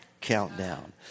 countdown